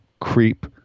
Creep